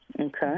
Okay